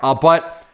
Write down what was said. ah but,